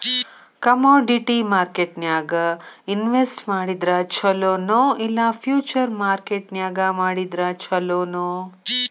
Commodity ಮಾರ್ಕೆಟ್ನ್ಯಾಗ್ invest ಮಾಡಿದ್ರ ಛೊಲೊ ನೊ ಇಲ್ಲಾ ಫ್ಯುಚರ್ ಮಾರ್ಕೆಟ್ ನ್ಯಾಗ್ ಮಾಡಿದ್ರ ಛಲೊನೊ?